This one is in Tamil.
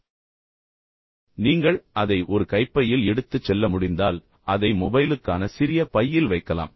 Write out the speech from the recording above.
எனவே நீங்கள் அதை ஒரு கைப்பையில் எடுத்துச் செல்ல முடிந்தால் அதை மொபைலுக்கான சிறிய பையில் வைக்கலாம்